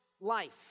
life